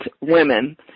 women